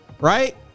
Right